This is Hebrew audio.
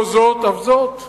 לא זאת אף זאת,